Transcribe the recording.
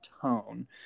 tone